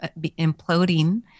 imploding